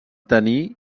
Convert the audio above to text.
tenir